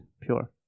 pure